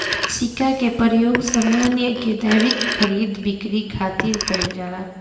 सिक्का के प्रयोग सामान के दैनिक खरीद बिक्री खातिर कईल जाला